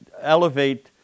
elevate